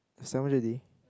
seven hundred D